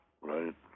Right